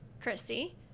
Christy